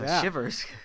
Shivers